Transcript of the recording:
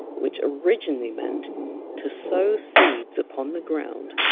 which originally meant to sow seeds on the ground.